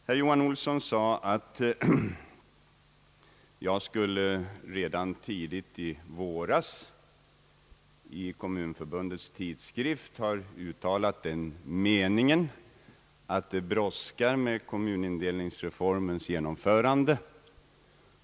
Herr Olsson sade att jag redan tidigt i våras i kommunförbundets tidskrift skulle ha uttalat den meningen att det brådskar med kommunindelningsreformens genomförande.